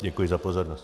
Děkuji za pozornost.